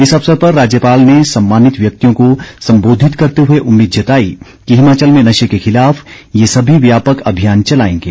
इस अवसर पर राज्यपाल ने सम्मानित व्यक्तियों को सम्बोधित करते हुए उम्मीद जताई कि हिमाचल में नशे के खिलाफ ये सभी व्यापक अभियान चलाएंगे